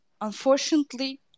Unfortunately